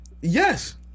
Yes